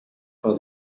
for